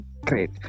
great